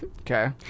okay